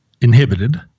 inhibited